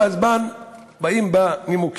צריך לא רק גזר, אלא גם מקל.